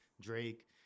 Drake